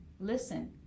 listen